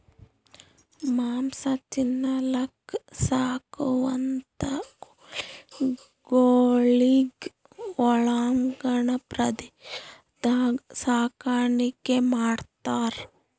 ಮಾಂಸ ತಿನಲಕ್ಕ್ ಸಾಕುವಂಥಾ ಕೋಳಿಗೊಳಿಗ್ ಒಳಾಂಗಣ ಪ್ರದೇಶದಾಗ್ ಸಾಕಾಣಿಕೆ ಮಾಡ್ತಾರ್